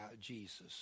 Jesus